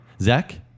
Zach